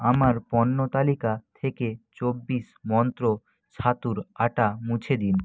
আমার পণ্য তালিকা থেকে চব্বিশ মন্ত্র ছাতুর আটা মুছে দিন